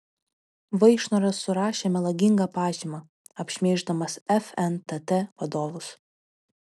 vaišnoras surašė melagingą pažymą apšmeiždamas fntt vadovus